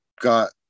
got